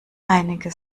einige